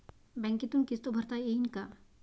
बँकेतून किस्त भरता येईन का?